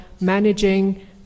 managing